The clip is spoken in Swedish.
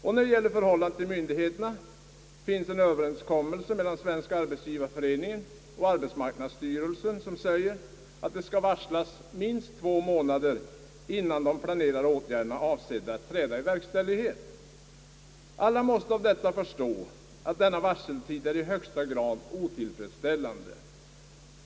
När det gäller förhållandet till myndigheterna finns en Överenskommelse mellan Svenska arbetsgivareföreningen och arbetsmarknadsstyrelsen som säger att det skall varslas minst två månader innan de planerade åtgärderna är avsedda att träda i verkställighet. Alla måste av detta förstå att varseltiden är i högsta grad otillfredsställande.